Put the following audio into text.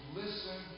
listen